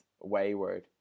wayward